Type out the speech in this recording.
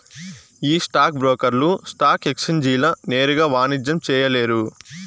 ఈ స్టాక్ బ్రోకర్లు స్టాక్ ఎక్సేంజీల నేరుగా వాణిజ్యం చేయలేరు